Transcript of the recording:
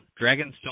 Dragonstone